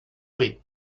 prix